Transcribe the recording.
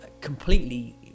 completely